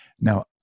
Now